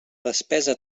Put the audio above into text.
despesa